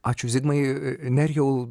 ačiū zigmai nerijau